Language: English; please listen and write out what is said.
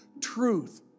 truth